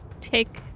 take